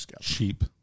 cheap